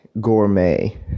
gourmet